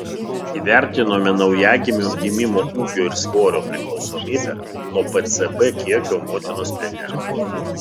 įvertinome naujagimių gimimo ūgio ir svorio priklausomybę nuo pcb kiekio motinos piene